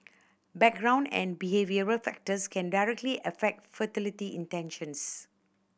background and behavioural factors can directly affect fertility intentions